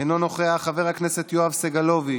אינו נוכח, חבר הכנסת יואב סגלוביץ'